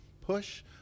push